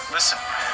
Listen